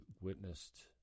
witnessed